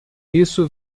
isso